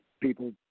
people